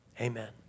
amen